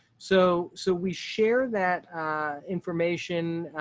so, so we share that information.